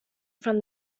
from